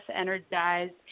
energized